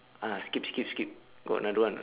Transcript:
ah skip skip skip got another one or not